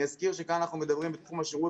אני אזכיר שכאן אנחנו מדברים בתחום השירות